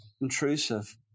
intrusive